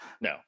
no